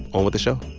on with the show